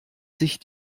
sich